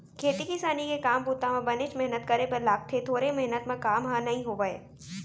खेती किसानी के काम बूता म बनेच मेहनत करे बर लागथे थोरे मेहनत म काम ह नइ होवय